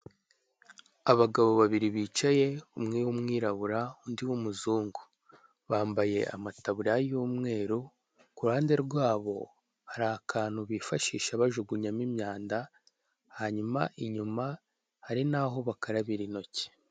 Abagabo bababiri bicaye umwe w'umwirabura undi w'umuzungu, bambaye amataburiya y'umweru ku ruhande rwabo har akantu bifashisha bajugunya imyanda, hanyuma inyuma hari n'aho bakarabira intoki.